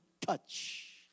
touch